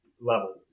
level